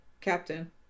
captain